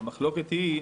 המחלוקת היא,